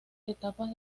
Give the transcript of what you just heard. etapas